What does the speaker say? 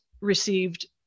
received